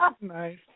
Nice